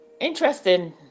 Interesting